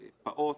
פעוט,